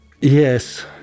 Yes